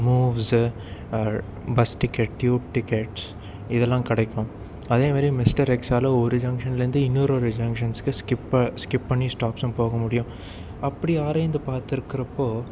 moves bus ticket tube tickets இதெல்லாம் கிடைக்கும் அதேமாதிரி மிஸ்டர் எக்ஸால் ஒரு ஜங்ஷன்லேந்து இன்னொரு ஒரு ஜங்ஷன்ஸ்க்கு ஸ்கிப்ப ஸ்கிப் பண்ணி ஸ்டாப்சும் போக முடியும் அப்படி ஆராய்ந்து பார்த்திருக்குறப்போ